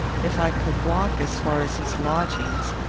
if i could walk as far as his lodgings,